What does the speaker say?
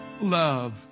love